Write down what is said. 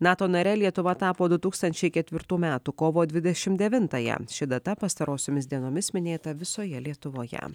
nato nare lietuva tapo du tūkstančiai ketvirtų metų kovo dvidešimt devintąją ši data pastarosiomis dienomis minėta visoje lietuvoje